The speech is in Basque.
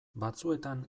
batzuetan